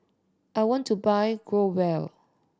I want to buy Growell